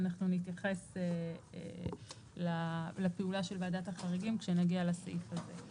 אנחנו נתייחס לפעולה של ועדת החריגים כשנגיע לסעיף הזה.